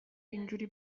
اینجوری